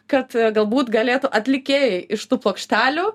kad galbūt galėtų atlikėjai iš tų plokštelių